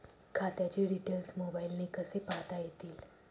खात्याचे डिटेल्स मोबाईलने कसे पाहता येतील?